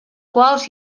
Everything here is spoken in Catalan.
quals